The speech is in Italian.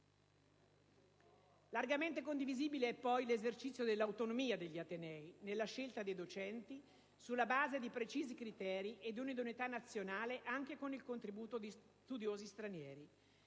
Largamente condivisibile poi è l'esercizio dell'autonomia degli atenei nella scelta dei docenti sulla base di precisi criteri e di una idoneità nazionale, anche con il contributo di studiosi stranieri.